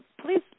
please